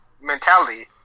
mentality